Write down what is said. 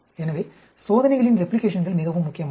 எனவே சோதனைகளின் ரெப்ளிகேஷன்கள் மிகவும் முக்கியமானது